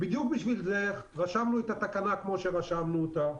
בדיוק בשביל זה רשמנו את התקנה כמו שרשמנו אותה.